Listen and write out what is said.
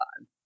time